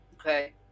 Okay